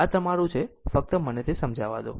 આમ આ તમારું છે ફક્ત મને તે સમજાવા દો